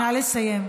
נא לסיים.